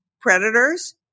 predators